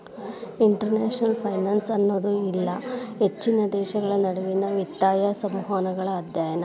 international finance ಅನ್ನೋದು ಇಲ್ಲಾ ಹೆಚ್ಚಿನ ದೇಶಗಳ ನಡುವಿನ್ ವಿತ್ತೇಯ ಸಂವಹನಗಳ ಅಧ್ಯಯನ